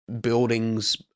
buildings